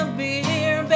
beer